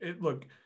look